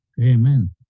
amen